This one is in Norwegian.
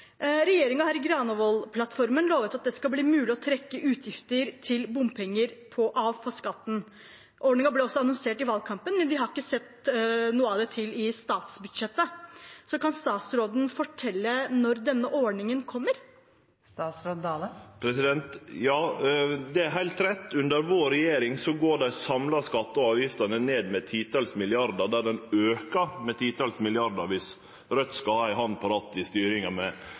har i Granavolden-plattformen lovt at det skal bli mulig å trekke utgifter til bompenger fra på skatten. Ordningen ble også annonsert i valgkampen, men vi har ikke sett noe til det i statsbudsjettet. Kan statsråden fortelle når denne ordningen kommer? Det er heilt rett: Under vår regjering går dei samla skattane og avgiftene ned med titalls milliardar kroner – der dei aukar med titalls milliardar kroner om Raudt skal ha ei hand på rattet i styringa med